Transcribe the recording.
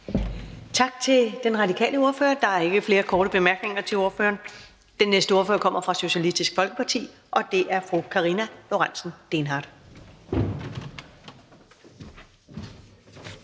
Tak til den radikale ordfører. Der er ikke flere korte bemærkninger til ordføreren. Den næste ordfører kommer fra Socialistisk Folkeparti, og det er fru Karina Lorentzen Dehnhardt.